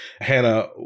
Hannah